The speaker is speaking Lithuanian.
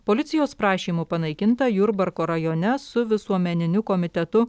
policijos prašymu panaikinta jurbarko rajone su visuomeniniu komitetu